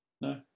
No